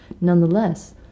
Nonetheless